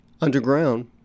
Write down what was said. underground